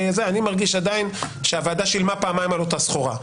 וכולי שהוועדה שילמה פעמיים על אותה סחורה.